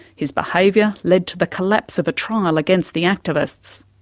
his behaviour led to the collapse of a trial against the activists.